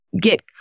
get